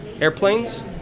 airplanes